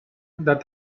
that